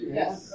yes